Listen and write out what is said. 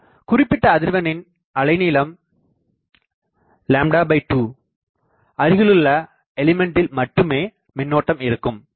மேலும் குறிப்பிட்ட அதிர்வெண்ணின் அலைநீளம் 2அருகிலுள்ள எலிமெண்ட்டில் மட்டுமே மின்னோட்டம் இருக்கும்